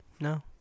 No